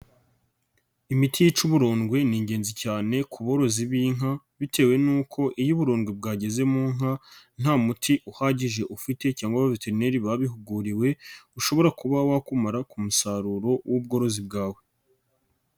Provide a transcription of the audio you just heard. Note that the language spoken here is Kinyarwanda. Imiti yica uburondwe ni ingenzi cyane ku borozi b'inka bitewe n'uko iyo uburondwe bwageze mu nka nta muti uhagije ufite cyangwa abaveterineri wabihuguriwe ushobora kuba wakumara ku musaruro w'ubworozi bwawe.